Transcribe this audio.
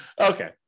Okay